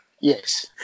Yes